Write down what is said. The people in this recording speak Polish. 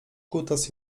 kutas